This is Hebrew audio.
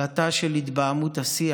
עלטה של התבהמות השיח,